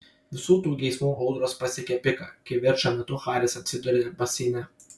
visų tų geismų audros pasiekia piką kivirčo metu haris atsiduria baseine